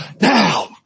Now